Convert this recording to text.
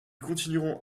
continueront